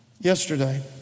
Yesterday